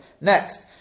Next